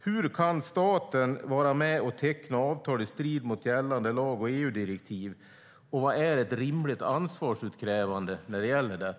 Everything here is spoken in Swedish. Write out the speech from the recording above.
Hur kan staten vara med och teckna avtal i strid med gällande lag och EU-direktiv? Vad är ett rimligt ansvarsutkrävande vad gäller detta?